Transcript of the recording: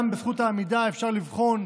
גם את זכות העמידה אפשר לבחון,